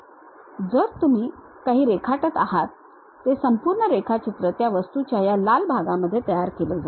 तर तुम्ही जे काही रेखाटत आहात ते संपूर्ण रेखाचित्र त्या वस्तूच्या या लाल भागामध्ये तयार केले जाईल